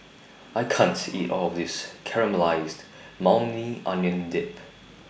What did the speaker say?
I can't eat All of This Caramelized Maui Onion Dip